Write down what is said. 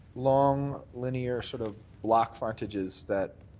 long linear sort of black frontages that